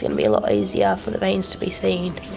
gonna be a lot easier for the veins to be seen.